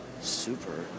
Super